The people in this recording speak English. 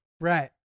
Right